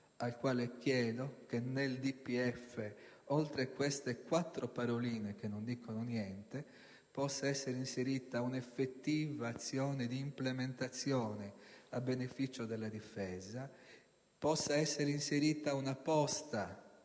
A lui chiedo che nel DPEF, oltre a queste quattro paroline che non dicono niente, possa essere inserita una effettiva azione di implementazione a beneficio della Difesa e prevista una posta